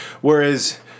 Whereas